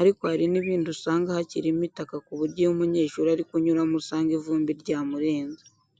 ariko hari n'ibindi usanga hakirimo itaka ku buryo iyo umunyeshuri ari kunyuramo usanga ivumbi ryamurenze.